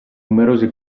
numerose